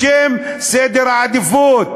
בשם סדר העדיפויות.